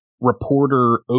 reporter